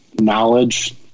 knowledge